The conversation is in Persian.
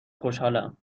خوشحالم